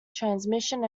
transmission